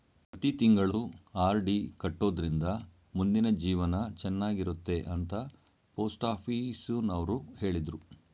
ಪ್ರತಿ ತಿಂಗಳು ಆರ್.ಡಿ ಕಟ್ಟೊಡ್ರಿಂದ ಮುಂದಿನ ಜೀವನ ಚನ್ನಾಗಿರುತ್ತೆ ಅಂತ ಪೋಸ್ಟಾಫೀಸುನವ್ರು ಹೇಳಿದ್ರು